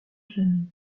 jamais